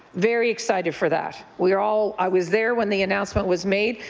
very excited for that. we all i was there when the announcement was made.